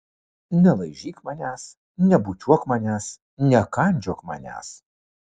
nelaižyk manęs nebučiuok manęs nekandžiok manęs